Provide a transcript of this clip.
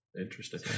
Interesting